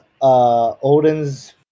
Odin's